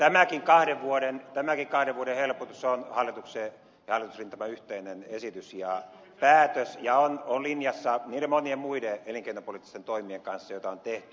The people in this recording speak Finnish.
tämäkin kahden vuoden helpotus on hallituksen ja hallitusrintaman yhteinen esitys ja päätös ja on linjassa niiden monien muiden elinkeinopoliittisten toimien kanssa joita on tehty